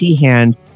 hand